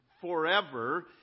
forever